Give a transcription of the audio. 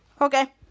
Okay